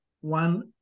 One